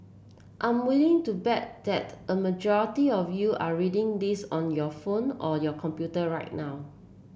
I'm willing to bet that a majority of you are reading this on your phone or your computer right now